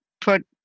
put